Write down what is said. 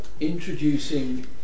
introducing